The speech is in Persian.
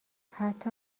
حتی